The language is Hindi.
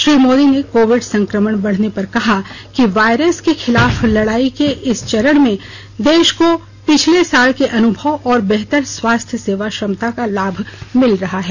श्री मोदी ने कोविड संक्रमण बढ़ने पर कहा कि वायरस के खिलाफ लड़ाई के इस चरण में देश को पिछले साल के अनुभव और बेहतर स्वास्थ्य सेवा क्षमता का लाभ मिल रहा है